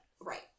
Right